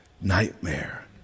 nightmare